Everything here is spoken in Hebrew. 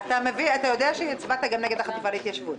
אתה יודע שהצבעת גם נגד החטיבה להתיישבות?